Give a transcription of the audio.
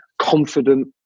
confident